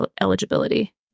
eligibility